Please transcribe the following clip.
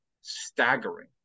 staggering